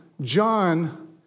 John